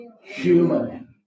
human